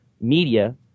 media